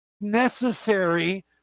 necessary